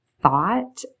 thought